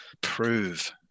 prove